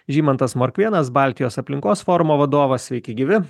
žymantas morkvėnas baltijos aplinkos forumo vadovas sveiki gyvi